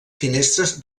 finestres